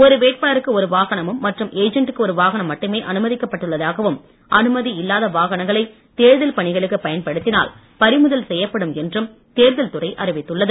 ஒரு வேட்பாளருக்கு ஒரு வாகனமும் மற்றும் ஏஜென்டுக்கு ஒரு வாகனம் மட்டுமே அனுமதிக்கப் பட்டுள்ளதாகவும் அனுமதி இல்லாத வாகனங்களை தேர்தல் பணிகளுக்கு பயன்படுத்தினால் பறிமுதல் செய்யப்படும் என்றும் தேர்தல் துறை அறிவித்துள்ளது